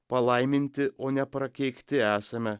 palaiminti o ne prakeikti esame